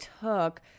took